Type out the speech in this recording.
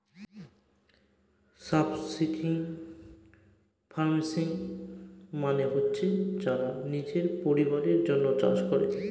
subsistence farming মানে হচ্ছে যারা নিজের পরিবারের জন্য চাষ করে